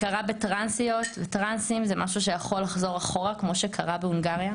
הכרה בטרנסיות וטרנסים זה משהו שיכול לחזור אחורה כמו שקרה בהונגריה,